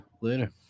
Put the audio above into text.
later